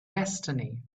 destiny